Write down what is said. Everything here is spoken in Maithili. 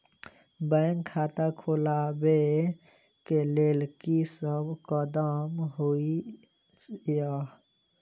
बैंक खाता खोलबाबै केँ लेल की सब कदम होइ हय?